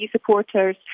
supporters